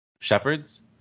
shepherds